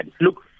Look